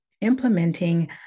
implementing